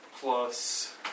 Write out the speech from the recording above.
plus